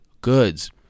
goods